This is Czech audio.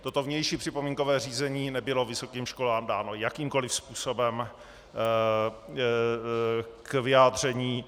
Toto vnější připomínkové řízení nebylo vysokým školám dáno jakýmkoliv způsobem k vyjádření.